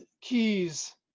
keys